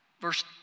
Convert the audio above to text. Verse